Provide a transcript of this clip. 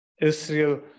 Israel